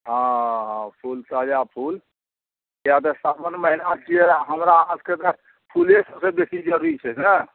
हँ फूल ताजा फूल किया तऽ साओन महिना छियै हमरा अहाँ सबके तऽ फूले सबसे बेसी जरुरी छै ने